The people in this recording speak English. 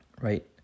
right